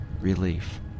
Relief